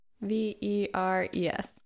V-E-R-E-S